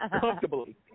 Comfortably